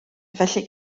felly